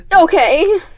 Okay